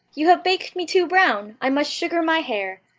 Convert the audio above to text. you have baked me too brown, i must sugar my hair.